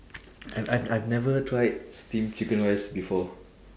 I I've I've never tried steam chicken rice before